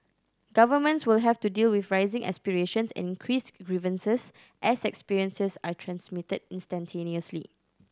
governments will have to deal with rising aspirations and increased grievances as experiences are transmitted instantaneously